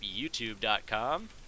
YouTube.com